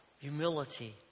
humility